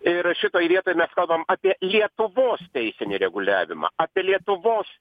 ir šitoj vietoj mes kalbam apie lietuvos teisinį reguliavimą apie lietuvos